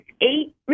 eight